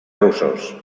rusos